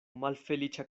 malfeliĉa